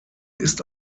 ist